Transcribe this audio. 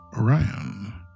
Orion